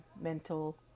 mental